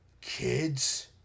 kids